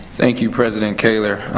thank you, president kaler.